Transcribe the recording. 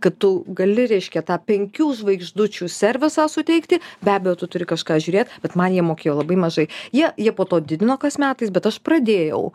kad tu gali reiškia tą penkių žvaigždučių servisą suteikti be abejo tu turi kažką žiūrėt bet man jie mokėjo labai mažai jie jie po to didino kas metais bet aš pradėjau